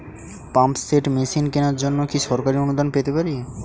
Pump set machine কেনার জন্য কি সরকারি অনুদান পেতে পারি?